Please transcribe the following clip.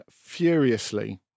furiously